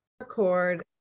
Record